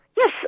Yes